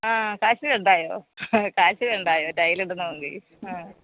ആ കാശ് വേണ്ടായോ കാശ് വേണ്ടായോ ടൈൽ ഇടണമെങ്കിൽ ആ